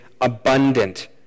abundant